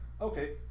okay